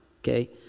okay